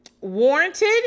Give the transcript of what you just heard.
warranted